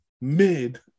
Mid